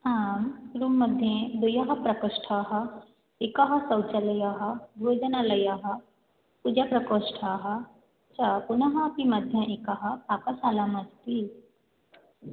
आं रूम् मध्ये द्वौ प्रकोष्ठौ एकः शौचालयः भोजनालयः पूजाप्रकोष्ठाः च पुनः अपि मध्ये एका पाकशाला अस्ति